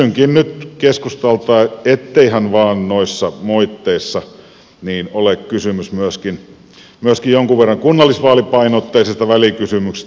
kysynkin nyt keskustalta etteihän vain noissa moitteissa ole kysymys myöskin jonkun verran kunnallisvaalipainotteisesta välikysymyksestä